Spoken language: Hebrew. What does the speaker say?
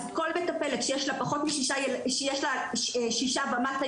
אז כל מטפלת שיש לה שישה ילדים ומטה,